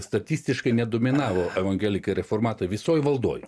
statistiškai nedominavo evangelikai reformatai visoj valdoj